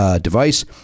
device